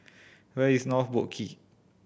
where is North Boat Quay